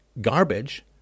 garbage